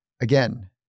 Again